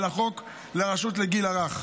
על החוק לרשות לגיל הרך,